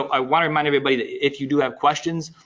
i want to remind everybody if you do have questions,